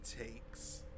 takes